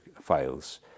files